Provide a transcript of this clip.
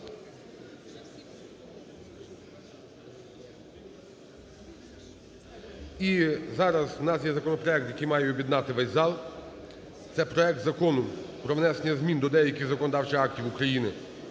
І зараз у нас є законопроект, який має об'єднати весь зал, це – проект Закону про внесення змін до деяких законодавчих актів України